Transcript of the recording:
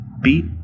beat